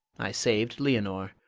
i saved leonore,